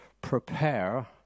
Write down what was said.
Prepare